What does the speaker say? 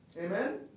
Amen